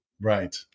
Right